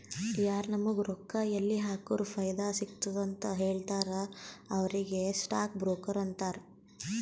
ಯಾರು ನಾಮುಗ್ ರೊಕ್ಕಾ ಎಲ್ಲಿ ಹಾಕುರ ಫೈದಾ ಸಿಗ್ತುದ ಅಂತ್ ಹೇಳ್ತಾರ ಅವ್ರಿಗ ಸ್ಟಾಕ್ ಬ್ರೋಕರ್ ಅಂತಾರ